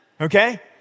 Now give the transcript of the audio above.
Okay